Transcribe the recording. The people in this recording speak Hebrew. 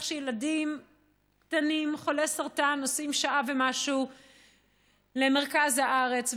שילדים קטנים חולי סרטן נוסעים שעה ומשהו למרכז הארץ,